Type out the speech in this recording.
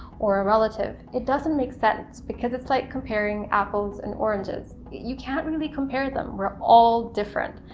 or a relative, it doesn't make sense, because it's like comparing apples and oranges you can't really compare them. we're all different.